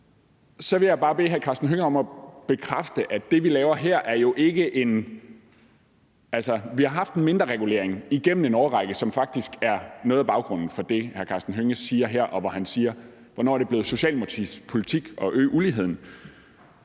Så vil jeg bare bede hr. Karsten Hønge om at bekræfte noget. Altså, vi har haft en mindreregulering igennem en årrække, som faktisk til dels er baggrunden for det, hr. Karsten Hønge siger her. Han spørger: Hvornår er det blevet Socialdemokratiets politik at øge uligheden?